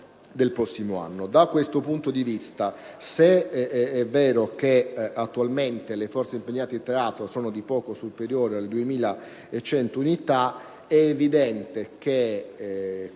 Da questo punto di vista, se è vero che attualmente le forze impegnate in teatro sono di poco superiori alle 2.100 unità, è evidente che,